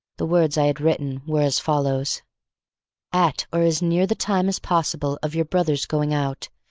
the words i had written were as follows at or as near the time as possible of your brother's going out,